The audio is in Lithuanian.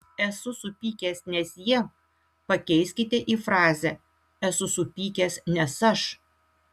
esu supykęs nes jie pakeiskite į frazę esu supykęs nes aš